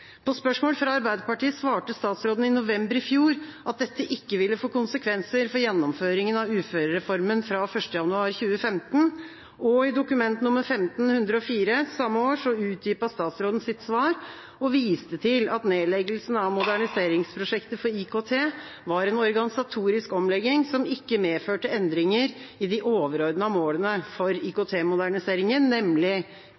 På spørsmål fra Arbeiderpartiet svarte statsråden i november i fjor at dette ikke ville få konsekvenser for gjennomføringa av uførereformen fra 1. januar 2015. I Dokument 15:104 samme år utdypet statsråden sitt svar og viste til at nedleggelsen av moderniseringsprosjektet for IKT var en organisatorisk omlegging som ikke medførte endringer i de overordnede målene for